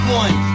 one